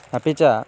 अपि च